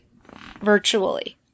virtually